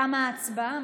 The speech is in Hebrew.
תמה ההצבעה.